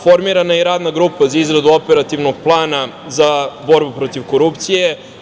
Formirana je i Radna grupa za izradu operativnog plana za borbu protiv korupcije.